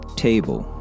table